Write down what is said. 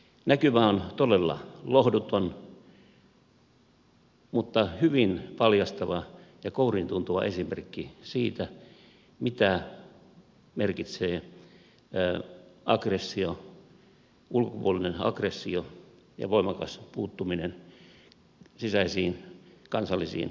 näkymä on todella lohduton mutta hyvin paljastava ja kouriintuntuva esimerkki siitä mitä merkitsee ulkopuolinen aggressio ja voimakas puuttuminen sisäisiin kansallisiin konf likteihin